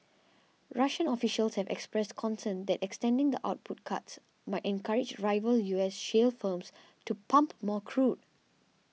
Russian officials had expressed concern that extending the output cuts might encourage rival U S shale firms to pump more crude